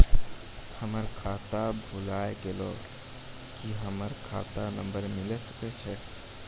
हमर खाता भुला गेलै, की हमर खाता नंबर मिले सकय छै?